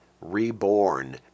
reborn